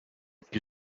più